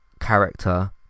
character